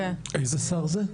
איזה שר זה?